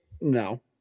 No